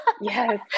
Yes